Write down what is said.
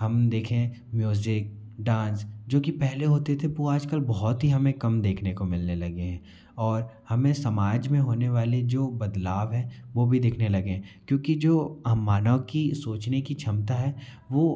हम देखें music dance जो कि पहले होते थे वो आज कल बहुत ही हमें कम देखने को मिलने लगे हैं और हमें समाज में होने वाले जो बदलाव हैं वो भी दिखने लगे हैं क्योंकि जो हम मानव की सोचने की क्षमता है वो